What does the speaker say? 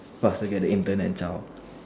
faster get the intern and job